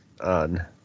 on